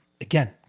Again